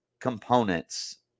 components